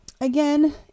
Again